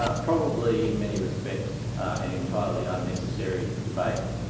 ah probably in many respects an entirely unnecessary debate.